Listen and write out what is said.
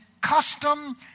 custom